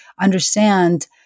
understand